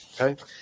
Okay